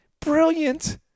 brilliant